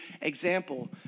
example